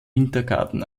wintergarten